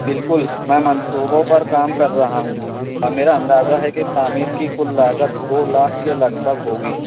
بالکل میں منصوبوں پر کام کر رہا ہوں اور میرا اندازہ ہے کہ تعمیر کی کل لاگت دو لاکھ کے لگ بھگ ہوگی